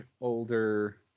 older